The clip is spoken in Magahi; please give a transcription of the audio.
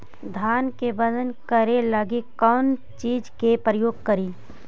धान के बजन करे लगी कौन चिज के प्रयोग करि?